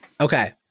Okay